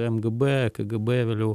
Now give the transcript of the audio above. mgb kgb vėliau